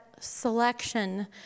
selection